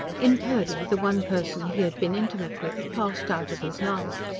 in purdy the one person he had been intimate with passed out of his life.